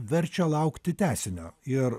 verčia laukti tęsinio ir